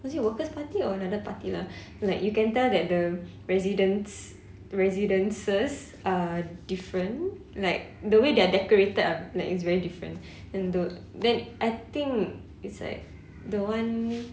was it a worker's party or another party lah like you can tell that the residents residences are different like the way they are decorated ah like it's very different and the~ then I think it's like the one